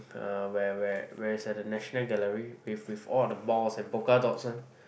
uh where where where it's at National Gallery with with all the balls and polka dots one